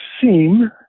seem